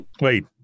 Wait